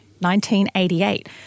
1988